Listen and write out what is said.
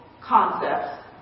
concepts